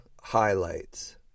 highlights